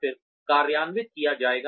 और फिर कार्यान्वित किया गया